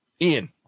Ian